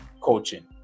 coaching